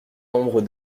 nombre